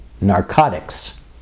narcotics